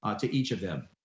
ah to each of them.